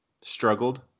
struggled